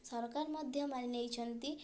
ସରକାର ମଧ୍ୟ ମାନିନେଇଛନ୍ତି